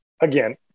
again